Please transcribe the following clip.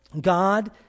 God